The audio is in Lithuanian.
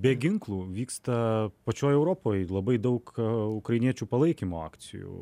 be ginklų vyksta pačioj europoj labai daug ukrainiečių palaikymo akcijų